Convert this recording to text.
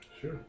Sure